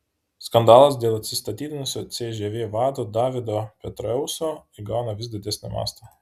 skandalas dėl atsistatydinusio cžv vado davido petraeuso įgauna vis didesnį mastą